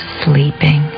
sleeping